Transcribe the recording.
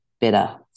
better